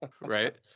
right